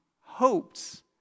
hopes